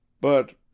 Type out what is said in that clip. But